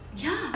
ya